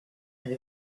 and